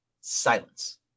Silence